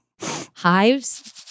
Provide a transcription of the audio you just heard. hives